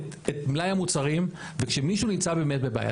מלאי המוצרים וכשמישהו נמצא באמת בבעיה.